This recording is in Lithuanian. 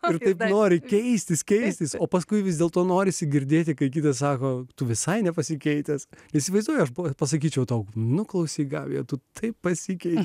ar nori keistis keistis o paskui vis dėlto norisi girdėti kai kiti sako tu visai nepasikeitęs įsivaizduoji aš buvau pasakyčiau tau nu klausyk gabija tu taip pasikeitei